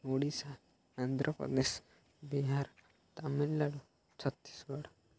Odisha Andhra Pradesh Bihar Tamil Nadu Chhattisgarh